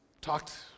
Talked